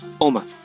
Oma